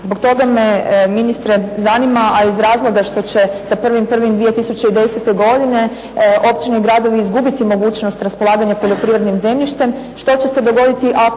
Zbog toga me ministre zanima, a iz razloga što će sa 1.1.2010. godine općine i gradovi izgubiti mogućnost raspolaganja poljoprivrednim zemljištem. Što će se dogoditi ako